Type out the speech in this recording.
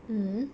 mm